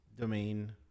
Domain